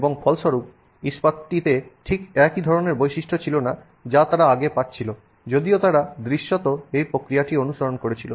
এবং ফলস্বরূপ ইস্পাতটিতে ঠিক একই ধরণের বৈশিষ্ট্য ছিল না যা তারা আগে পাচ্ছিল যদিও তারা দৃশ্যত একই প্রক্রিয়াটি অনুসরণ করেছিল